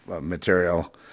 material